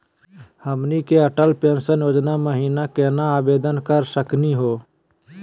हमनी के अटल पेंसन योजना महिना केना आवेदन करे सकनी हो?